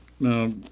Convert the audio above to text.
Now